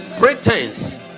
pretense